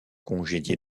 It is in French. congédié